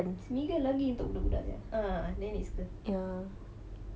smiggle lagi untuk budak-budak ya ah nenek suka